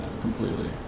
completely